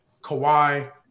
Kawhi